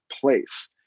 Place